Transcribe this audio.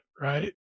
Right